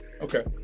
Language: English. Okay